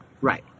Right